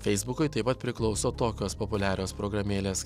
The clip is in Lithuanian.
feisbukui taip pat priklauso tokios populiarios programėlės